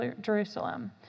Jerusalem